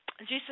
Jesus